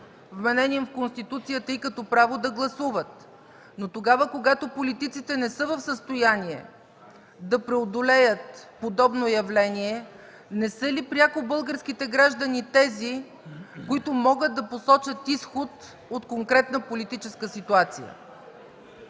вменен им от Конституцията, и като право да гласуват. Но тогава, когато политиците не са в състояние да преодолеят подобно явление, не са ли пряко българските граждани тези, които могат да посочат изход от конкретна политическа ситуация?